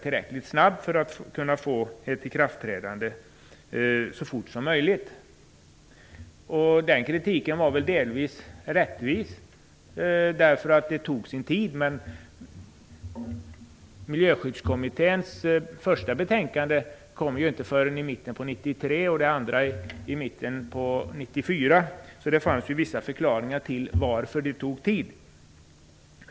Det gällde ju att få ett ikraftträdande så fort som möjligt. Den kritiken var väl delvis rättvis. Det tog ju sin tid. Men Miljöskyddskommitténs första betänkande kom först i mitten av 1993 och det andra i mitten av 1994. Det fanns alltså vissa förklaringar till att det tog tid.